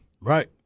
Right